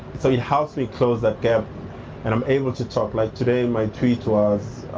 so it helps me close that gap and i'm able to talk. like today my tweet was